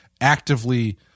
actively